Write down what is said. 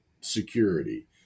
security